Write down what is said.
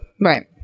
right